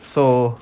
so